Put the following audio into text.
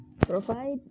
Provide